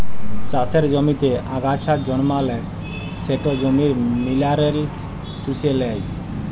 চাষের জমিতে আগাছা জল্মালে সেট জমির মিলারেলস চুষে লেই